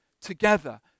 together